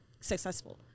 successful